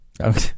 Okay